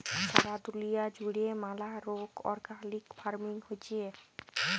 সারা দুলিয়া জুড়ে ম্যালা রোক অর্গ্যালিক ফার্মিং হচ্যে